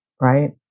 right